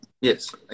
Yes